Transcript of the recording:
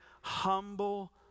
humble